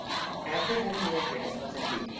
after having wintered at mozambique,